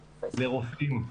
לרופאים,